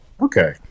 Okay